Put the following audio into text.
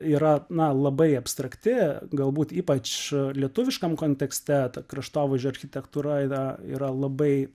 yra na labai abstrakti galbūt ypač lietuviškam kontekste kraštovaizdžio architektūra yra yra labai